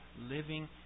living